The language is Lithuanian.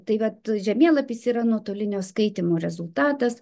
tai vat žemėlapis yra nuotolinio skaitymo rezultatas